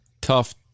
tough